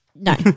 no